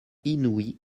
inouïe